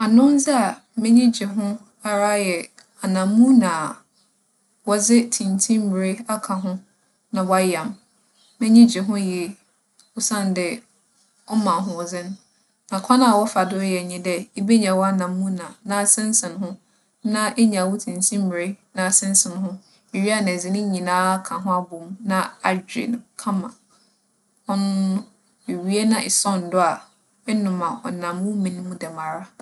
Anondze a m'enyi gye ho paa ara yɛ anamuna a wͻdze tsintsimbire aka ho na wͻayam. M'enyi gye ho yie osiandɛ ͻma ahoͻdzen. Na kwan a wͻfa do yɛ nye dɛ ibenya w'anamuna na asensen ho na enya wo tsintsimbire na asensen ho. Iwie a na edze ne nyina aka ho abͻ mu na adwe no kama. Hͻ no, iwie na esͻn do a, enom a ͻnam wo men mu dɛmara.